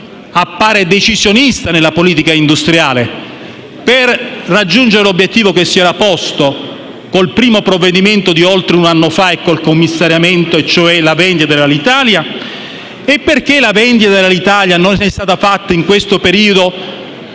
appare decisionista nella politica industriale, per raggiungere l'obiettivo che si era posto con il primo provvedimento di oltre un anno fa e con il commissariamento, cioè la vendita di Alitalia? E perché la vendita di Alitalia non è stata fatta in questo periodo,